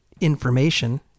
information